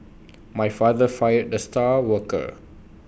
my father fired the star worker